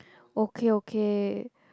okay okay